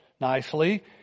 nicely